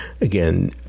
again